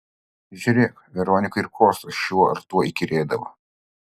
žiūrėk veronikai ir kostas šiuo ar tuo įkyrėdavo